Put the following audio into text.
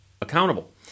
accountable